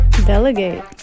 Delegate